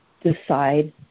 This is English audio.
decide